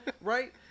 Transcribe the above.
right